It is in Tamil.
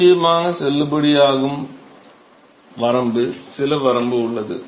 நிச்சயமாக செல்லுபடியாகும் வரம்பு சில வரம்பு உள்ளது